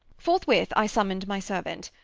forthwith i summoned my servant.